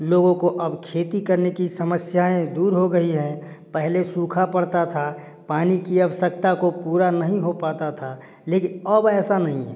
लोगों को अब खेती करने की समस्याएँ दूर हो गई है पहले सूखा पड़ता था पानी की आवश्यकता को पूरा नहीं हो पता था लेकिन अब ऐसा नहीं